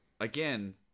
again